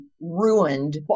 ruined